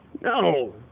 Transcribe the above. No